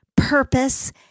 purpose